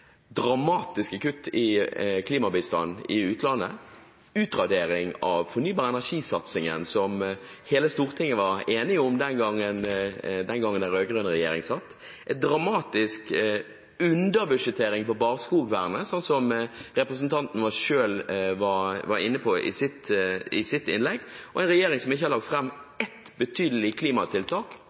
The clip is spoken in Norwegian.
dramatiske kutt i klimabistanden til utlandet og utradering av fornybar energi-satsingen, som hele Stortinget var enige om den gangen den rød-grønne regjering satt. Det er en dramatisk underbudsjettering på barskogvernet, som representanten selv var inne på i sitt innlegg, og det er en regjering som ikke har lagt fram ett betydelig klimatiltak